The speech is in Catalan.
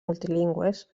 multilingües